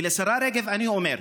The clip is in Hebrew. ולשרה רגב אני אומר: